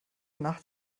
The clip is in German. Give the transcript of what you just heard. nacht